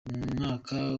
umwaka